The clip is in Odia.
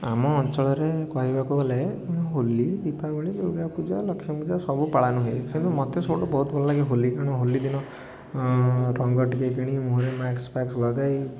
ଆମ ଅଞ୍ଚଳରେ କହିବାକୁ ଗଲେ ହୋଲି ଦୀପାବଳି ଦୁର୍ଗାପୂଜା ଲକ୍ଷ୍ମୀପୂଜା ସବୁ ପାଳନ ହୁଏ କିନ୍ତୁ ମୋତେ ସବୁଠୁ ବହୁତ ଭଲଲାଗେ ହୋଲି ତେଣୁ ହୋଲି ଦିନ ରଙ୍ଗ ଟିକିଏ କିଣି ମୁହଁରେ ମାସ୍କ୍ଫାସ୍କ ଲଗେଇ